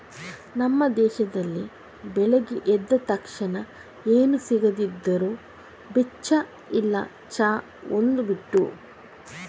ನಮ್ಮ ದೇಶದಲ್ಲಿ ಬೆಳಿಗ್ಗೆ ಎದ್ದ ತಕ್ಷಣ ಏನು ಸಿಗದಿದ್ರೂ ಬೆಚ್ಚ ಇಲ್ಲ ಚಾ ಒಂದು ಬಿಟ್ಟು